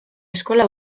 eskola